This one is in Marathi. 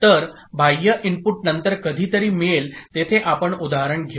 तर बाह्य इनपुट नंतर कधीतरी मिळेल तेथे आपण उदाहरण घेऊ